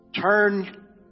Turn